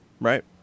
Right